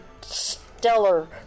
stellar